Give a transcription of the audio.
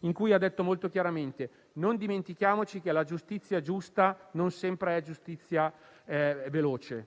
in cui ha detto, molto chiaramente, che non bisogna dimenticare che la giustizia giusta non sempre è giustizia veloce